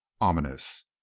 ominous